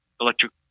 electric